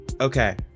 Okay